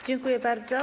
Dziękuję bardzo.